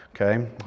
Okay